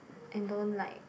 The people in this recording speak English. and don't like